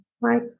right